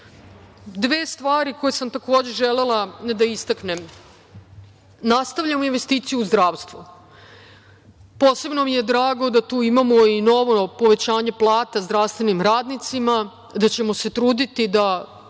stvari koje sam takođe želela da istaknem. Nastavljamo investiciju u zdravstvu. Posebno mi je drago da tu imamo i novo povećanje plata zdravstvenim radnicima, da ćemo se truditi da